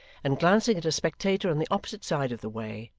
and glancing at a spectator on the opposite side of the way,